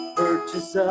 purchase